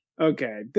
okay